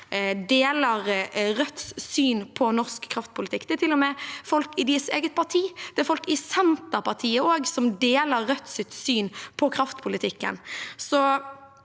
deler Rødts syn på norsk kraftpolitikk. Det gjelder til og med folk i deres eget parti. Det er også folk i Senterpartiet som deler Rødts syn på kraftpolitikken. Å